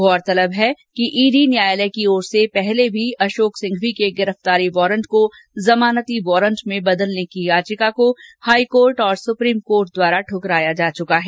गौरतलब है कि ईडी न्यायालय की ओर से पूर्व में अशोक सिंघवी के गिरफ्तारी वारंट को जमानती वारंट में बदलने की याचिका को हाईकोर्ट और सुप्रीम कोर्ट द्वारा द्वकराया जा चुका है